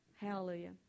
Hallelujah